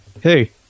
hey